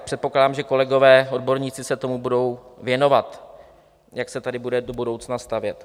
Předpokládám, že kolegové odborníci se tomu budou věnovat, jak se tady bude do budoucna stavět.